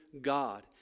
God